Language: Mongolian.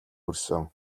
хүрсэн